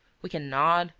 we can nod,